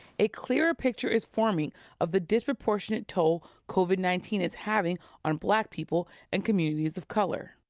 a clearer picture is forming of the disproportionate toll covid nineteen is having on black people and communities of color.